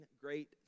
great